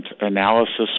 analysis